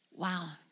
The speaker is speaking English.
Wow